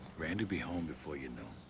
randy'll be home before you know